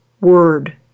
word